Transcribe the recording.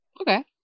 okay